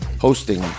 hosting